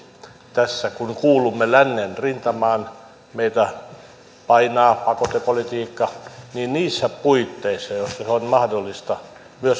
tässä kun kuulumme lännen rintamaan meitä painaa pakotepolitiikka niissä puitteissa joissa se on mahdollista